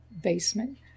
basement